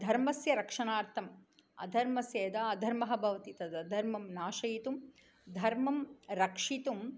धर्मस्य रक्षणार्थम् अधर्मस्य यदा अधर्मः भवति तदधर्मं नाशयितुं धर्मं रक्षितुम्